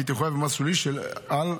היא תחויב במס שולי על 55%